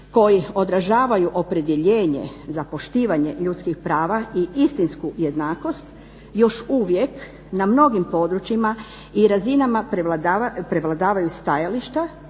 koji odražavaju opredjeljenje za poštivanje ljudskih prava i istinsku jednakost još uvijek na mnogim područjima i razinama prevladavaju stajališta